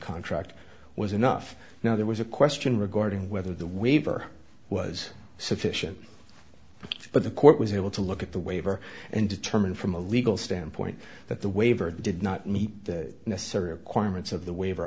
contract was enough now there was a question regarding whether the waiver was sufficient but the court was able to look at the waiver and determine from a legal standpoint that the waiver did not meet the